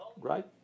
right